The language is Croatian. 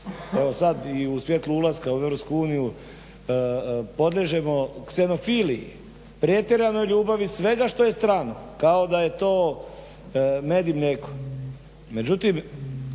Evo sada i u svjetlu ulaska u EU podliježemo ksenofiliji pretjeranoj ljubavi svega što je strano kao da je to med i mlijeko. Međutim